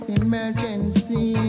emergency